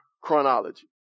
chronology